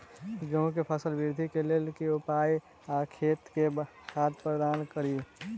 गेंहूँ केँ फसल वृद्धि केँ लेल केँ उपाय आ खेत मे खाद प्रदान कड़ी?